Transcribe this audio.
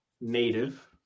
native